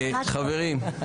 חברים,